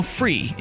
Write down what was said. free